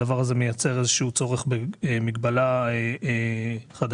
הדבר מייצר איזשהו צורך במגבלה חדשה,